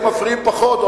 לי אתם מפריעים פחות.